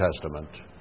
Testament